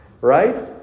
right